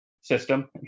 system